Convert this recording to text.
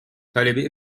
talebi